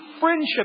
friendship